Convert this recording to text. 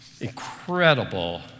Incredible